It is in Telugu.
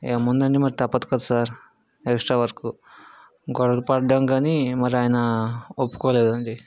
ఏముంది అండి మరి తప్పదు కదా సార్ ఎక్స్ట్రా వర్క్ గొడవలు పడ్డడం కానీ మరి ఆయన ఒప్పుకోలేదు అండి